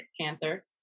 panther